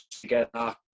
together